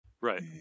Right